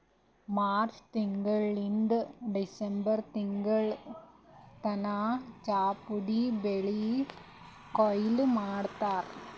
March ತಿಂಗಳಿಂದ್ December ತಿಂಗಳ್ ತನ ಚಾಪುಡಿ ಬೆಳಿ ಕೊಯ್ಲಿ ಮಾಡ್ತಾರ್